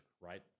right